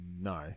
No